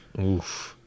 Oof